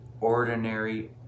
ordinary